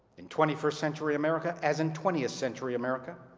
in twenty first century america, as in twentieth century america,